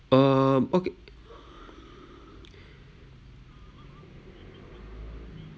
um okay